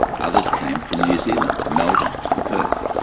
others came from new zealand, melbourne and perth.